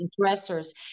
dressers